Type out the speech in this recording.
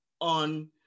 on